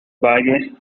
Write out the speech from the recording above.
valles